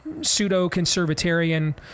pseudo-conservatarian